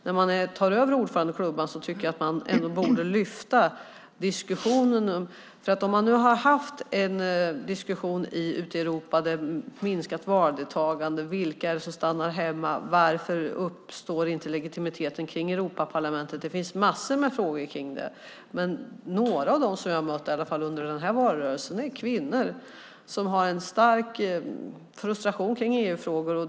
När Sverige tar över ordförandeklubban tycker jag att man ändå borde lyfta diskussionen när det gäller om det har varit en diskussion ute i Europa om minskat valdeltagande, om vilka som stannar hemma och om varför legitimiteten kring Europaparlamentet inte uppstår. Det finns massor med frågor om detta. Några av dem som jag har mött under denna valrörelse är kvinnor som har en stark frustration kring EU-frågor.